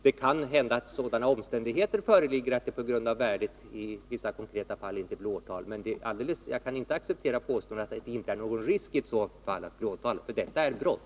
Det kan hända att sådana omständigheter föreligger att det på grund av värdet i vissa konkreta fall inte blir åtal, men jag kan inte acceptera påståendet att det inte är någon risk i ett sådant fall att bli åtalad — detta är brott!